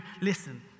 listen